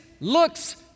looks